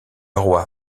roi